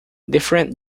different